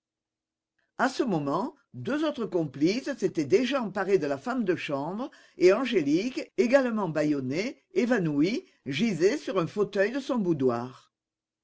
à ce moment deux autres complices s'étaient déjà emparés de la femme de chambre et angélique également bâillonnée évanouie gisait sur un fauteuil de son boudoir